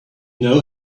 know